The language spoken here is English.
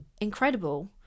incredible